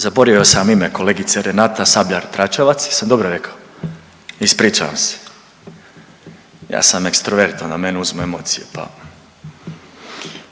Zaboravio sam vam ime kolegice Renata Sabljar Dračevac, jesam dobro rekao, ispričavam se, ja sam ekstrovert onda mene uzmu emocije, pa,